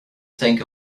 think